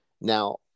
Now